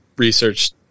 Research